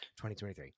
2023